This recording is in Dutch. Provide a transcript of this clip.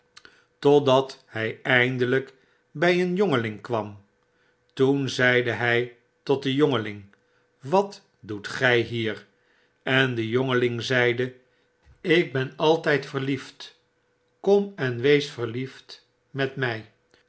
totdat hy eindelyk by een jongeling kwam toen zeide hy tot den jongeling wat doet gy hier en de jongeling zeide ik ben altyd verliefd kom en wees verliefd met my